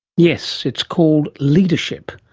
yes, it's called leadership.